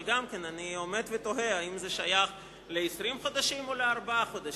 אבל אני עומד ותוהה: האם זה שייך ל-20 חודשים או לארבעה חודשים?